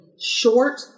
short